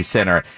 Center